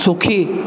সুখী